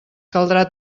caldrà